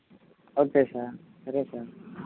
okay sir సరే sir